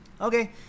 okay